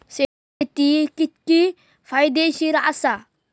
सेंद्रिय शेती कितकी फायदेशीर आसा?